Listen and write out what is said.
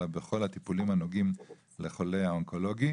אלא בכל הטיפולים הנוגעים לחולה האונקולוגי.